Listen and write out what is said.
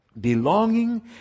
belonging